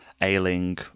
ailing